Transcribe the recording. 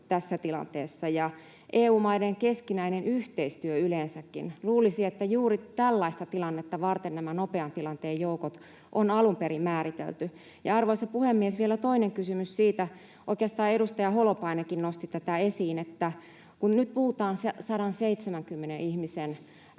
tässä tilanteessa ja EU-maiden keskinäinen yhteistyö yleensäkin? Luulisi, että juuri tällaista tilannetta varten nämä nopean tilanteen joukot on alun perin määritelty. Arvoisa puhemies! Vielä toinen kysymys siitä — oikeastaan edustaja Holopainenkin nosti tätä esiin — että kun nyt puhutaan 170 ihmisen